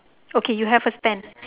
okay you have a stand